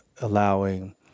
allowing